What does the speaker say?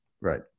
Right